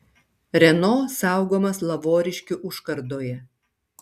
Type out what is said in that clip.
renault saugomas lavoriškių užkardoje